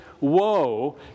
woe